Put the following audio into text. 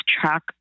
track